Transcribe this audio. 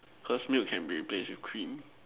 cause milk can replace with cream